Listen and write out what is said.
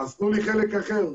תנו לי חלק אחר.